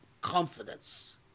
confidence